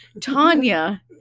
Tanya